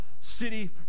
city